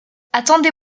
attendez